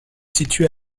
située